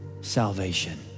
salvation